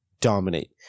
dominate